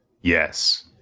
Yes